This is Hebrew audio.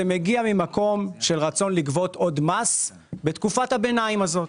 זה מגיע ממקום של רצון לגבות עוד מס בתקופת הביניים הזו.